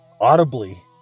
audibly